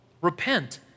Repent